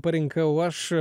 parinkau aš